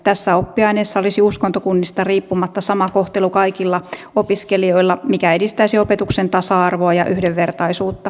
tässä oppiaineessa olisi uskontokunnista riippumatta sama kohtelu kaikilla opiskelijoilla mikä edistäisi opetuksen tasa arvoa ja yhdenvertaisuutta